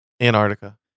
Antarctica